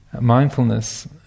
Mindfulness